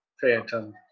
phantom